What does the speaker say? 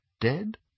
dead